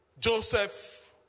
Joseph